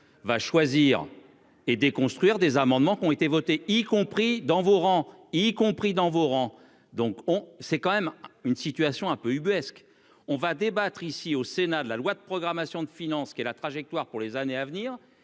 va choisir et déconstruire des amendements qui ont été votées, y compris dans vos rangs, y compris dans vos rangs, donc on s'est quand même une situation un peu ubuesque, on va débattre ici au Sénat de la loi de programmation de finances, qui est la trajectoire pour les années à venir